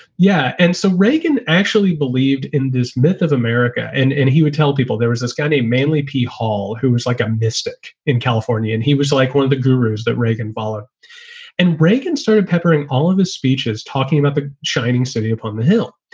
yeah. and so reagan actually believed in this myth of america. and and he would tell people there was this guy in a mainly p. hall who was like a mystic in california. and he was like one of the gurus that reagan, voller and reagan started peppering all of his speeches, talking about the shining city on the hill.